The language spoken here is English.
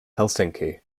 helsinki